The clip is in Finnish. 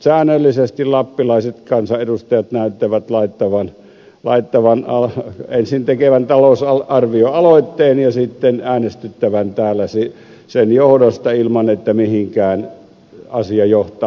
säännöllisesti lappilaiset kansanedustajat näyttävät ensin tekevän talousarvioaloitteen ja sitten äänestyttävän täällä sen johdosta ilman että mihinkään asia johtaa